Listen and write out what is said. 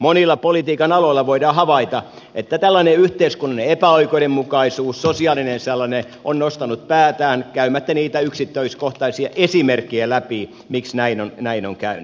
monilla politiikan aloilla voidaan havaita että tällainen yhteiskunnallinen epäoikeudenmukaisuus sosiaalinen sellainen on nostanut päätään käymättä niitä yksityiskohtaisia esimerkkejä läpi miksi näin on käynyt